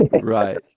Right